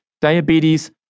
diabetes